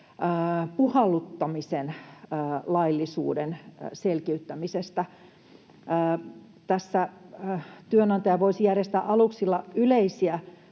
puhalluttamisen laillisuuden selkiyttämisestä. Tässä työnantaja voisi järjestää aluksilla yleisiä